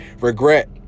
regret